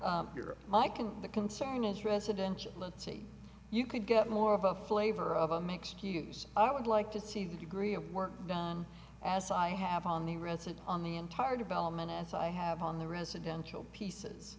and the concern is residential let's see you could get more of a flavor of a mixed use i would like to see the degree of work done as i have on the residue on the entire development as i have on the residential pieces